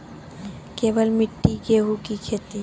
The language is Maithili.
केवल मिट्टी गेहूँ की खेती?